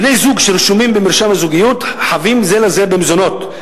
בני-זוג שרשומים במרשם הזוגיות חבים זה לזה במזונות,